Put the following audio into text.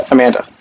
Amanda